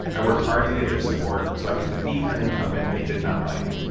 i worked hard to get their support so i could defeat an incumbent they did not like.